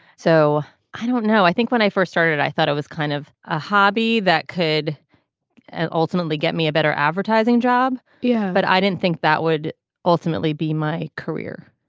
so i don't know i think when i first started i thought it was kind of a hobby that could and ultimately get me a better advertising job. yeah but i didn't think that would ultimately be my career.